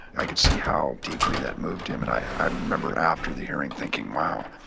i can see how deeply that moved him. and i remember after the hearing thinking, wow,